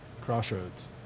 Crossroads